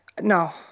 no